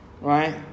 Right